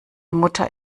mutter